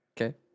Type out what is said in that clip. Okay